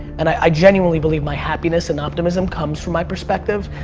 and i generally believe my happiness and optimism comes from my perspective.